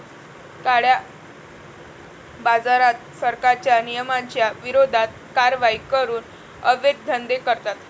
काळ्याबाजारात, सरकारच्या नियमांच्या विरोधात कारवाई करून अवैध धंदे करतात